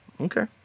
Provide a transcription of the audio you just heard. okay